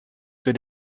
für